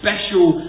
Special